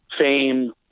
fame